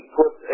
put